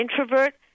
introvert